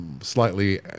slightly